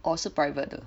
or 是 private 的